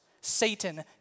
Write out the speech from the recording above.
Satan